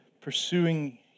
pursuing